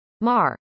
Mar